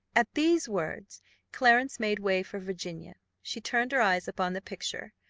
at these words clarence made way for virginia she turned her eyes upon the picture,